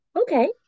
okay